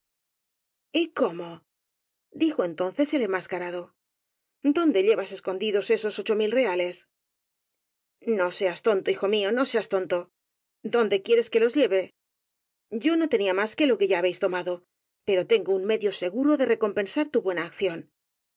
cóm o dijo entonces el enmascarado dónde llevas escondidos esos ocho mil reales no seas tonto hijo mío no seas tonto dónde quieres que los lleve yo no tenía más que lo que ya habéis tomado pero tengo un medio seguro de recompensar tu buena acción